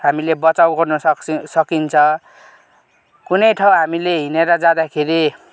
हामीले बचाउ गर्नु सक्छ सकिन्छ कुनै ठाउँ हामीले हिँडेर जाँदाखेरि